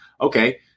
Okay